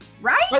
right